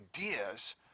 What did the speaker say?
ideas